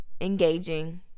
engaging